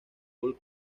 pol